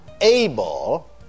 able